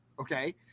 Okay